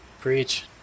preach